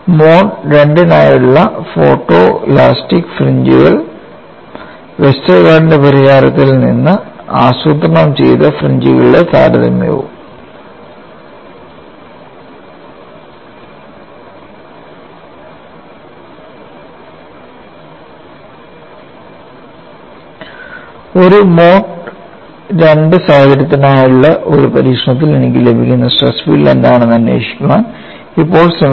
mode II നായുള്ള ഫോട്ടോലാസ്റ്റിക് ഫ്രിഞ്ചുകളും വെസ്റ്റർഗാർഡിന്റെ പരിഹാരത്തിൽ നിന്ന് ആസൂത്രണം ചെയ്ത ഫ്രിഞ്ചുകളുടെ താരതമ്യവും ഒരു മോഡ് II സാഹചര്യത്തിനായുള്ള ഒരു പരീക്ഷണത്തിൽ എനിക്ക് ലഭിക്കുന്ന സ്ട്രെസ് ഫീൽഡ് എന്താണെന്ന് അന്വേഷിക്കാൻ ഇപ്പോൾ ശ്രമിക്കുന്നു